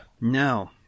No